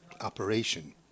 operation